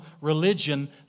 religion